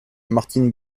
martine